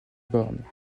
borne